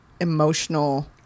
emotional